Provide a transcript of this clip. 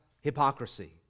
hypocrisy